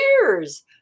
years